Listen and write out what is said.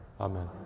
Amen